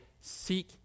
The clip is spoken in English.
seek